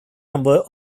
number